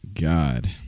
god